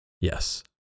Yes